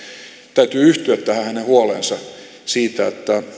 täytyy yhtyä tähän hänen huoleensa siitä